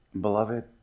Beloved